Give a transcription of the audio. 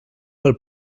pel